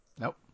Nope